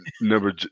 number